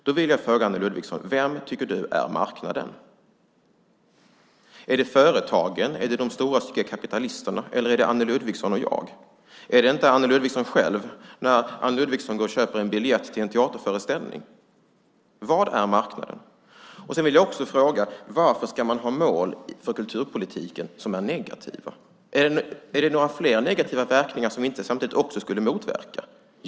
Då vill jag fråga Anne Ludvigsson: Vem tycker du är marknaden? Är det företagen? Är det de stora kapitalisterna, eller är det Anne Ludvigsson och jag? Är det inte Anne Ludvigsson själv när Anne Ludvigsson köper en biljett till en teaterföreställning? Vad är marknaden? Varför ska man ha mål för kulturpolitiken som är negativa? Är det några fler negativa verkningar som vi samtidigt inte ska motverka?